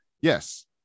Yes